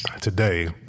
today